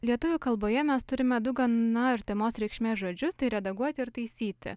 lietuvių kalboje mes turime du gana artimos reikšmės žodžius tai redaguoti ir taisyti